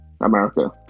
america